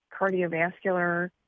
cardiovascular